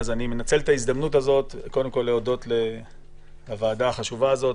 אז אני מנצל את ההזדמנות הזאת קודם כול להודות לוועדה החשובה הזאת,